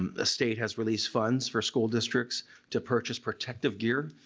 um the state has released funds for school districts to purchase protective gear,